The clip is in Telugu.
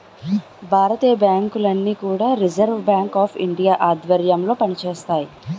భారతీయ బ్యాంకులన్నీ కూడా రిజర్వ్ బ్యాంక్ ఆఫ్ ఇండియా ఆధ్వర్యంలో పనిచేస్తాయి